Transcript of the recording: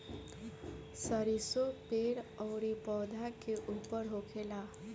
सरीसो पेड़ अउरी पौधा के ऊपर होखेला